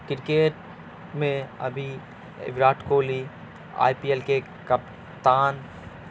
cricket میں ابھی Virat Kohli I P L کے کپتان